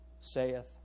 saith